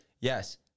yes